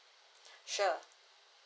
sure